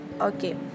okay